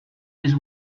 this